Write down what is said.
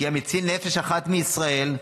כי המציל נפש אחת מישראל,